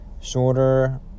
shorter